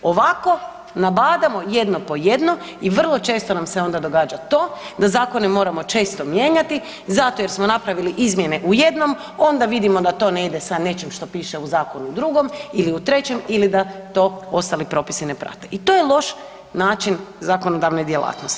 Ovako nabadamo jedno po jedno i vrlo često nam se onda događa to da zakone moramo često mijenjati zato jer smo napravili izmjene u jednom, onda vidimo da to ne ide sa nečim što piše u zakonu drugom ili u trećem ili da to ostali propisi ne prate i to je loš način zakonodavne djelatnosti.